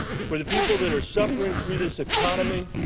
for the people that are suffering through this economy,